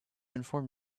inform